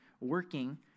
working